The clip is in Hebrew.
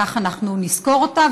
וכך אנחנו נזכור אותה.